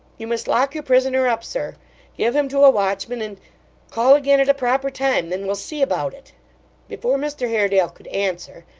you must lock your prisoner up, sir give him to a watchman and call again at a proper time. then we'll see about it before mr haredale could answer,